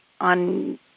on